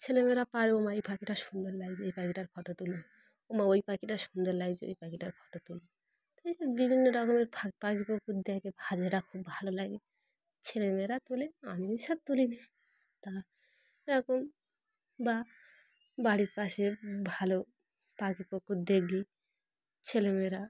ছেলে মেয়েরা পারে ও মা এই পাখিটা সুন্দর লাগেছে এই পাখিটার ফটো তুলো ওমা ওই পাখিটা সুন্দর লাগছে ওই পাখিটার ফটো তুলো তাই বিভিন্ন রকমের পাখি পুকুর দেখে খুব ভালো লাগে ছেলেমেয়েরা তোলে আমি ওইসব তুলি নি তা এরকম বা বাড়ির পাশে ভালো পাখি পুকুর দেখি ছেলেমেয়েরা